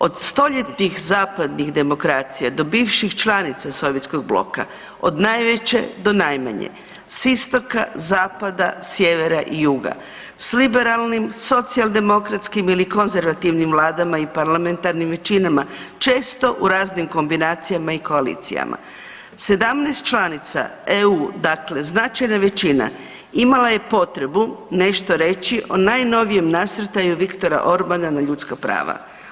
Od stoljetnih zapadnih demokracija do bivših članica Sovjetskog bloka, od najveće do najmanje s istoka, zapada, sjevera i juga s liberalnim, socijaldemokratskim ili konzervativnim vladama ili parlamentarnim većinama često u raznim kombinacijama i koalicijama, 17 članica EU dakle značajna većina imala je potrebu nešto reći o najnovijem nasrtaju Viktora Orbana na ljudska prava.